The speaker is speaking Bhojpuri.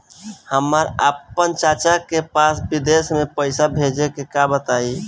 हमरा आपन चाचा के पास विदेश में पइसा भेजे के बा बताई